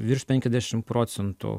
virš penkiasdešim procentų